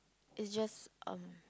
it's just um